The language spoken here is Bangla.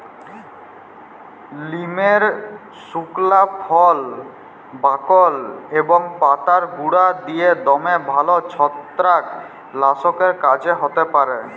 লিমের সুকলা ফল, বাকল এবং পাতার গুঁড়া দিঁয়ে দমে ভাল ছত্রাক লাসকের কাজ হ্যতে পারে